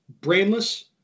brainless